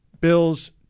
Bills